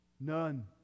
None